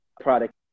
product